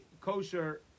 kosher